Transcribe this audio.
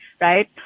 right